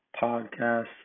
Podcast